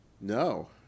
No